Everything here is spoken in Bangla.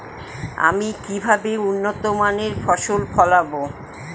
আমি কিভাবে উন্নত মানের ফসল ফলাবো?